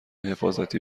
حفاظتی